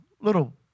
little